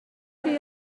feel